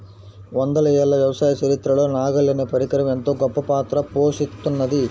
వందల ఏళ్ల వ్యవసాయ చరిత్రలో నాగలి అనే పరికరం ఎంతో గొప్పపాత్ర పోషిత్తున్నది